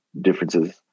differences